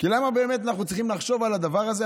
למה באמת אנחנו צריכים לחשוב על הדבר הזה,